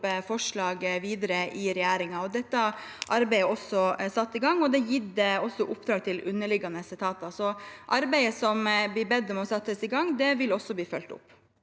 forslag videre i regjeringen. Det arbeidet er satt i gang, og det er gitt oppdrag til underliggende etater. Arbeidet det blir bedt om at skal settes i gang, vil også bli fulgt opp.